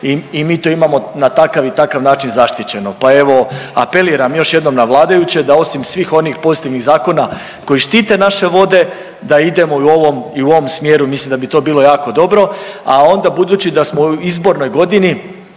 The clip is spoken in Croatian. i mi to imamo na takav i takav način zaštićeno. Pa evo apeliram još jednom na vladajuće da osim svih onih pozitivnih zakona koji štite naše vode da idemo i u ovom smjeru, mislim da bi to bilo jako dobro. A onda budući da smo u izbornoj godini